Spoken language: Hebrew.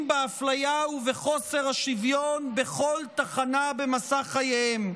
באפליה ובחוסר השוויון בכל תחנה במסע חייהם,